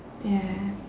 ya